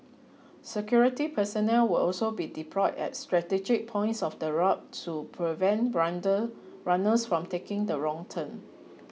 security personnel will also be deployed at strategic points of the route to prevent brander runners from taking the wrong turn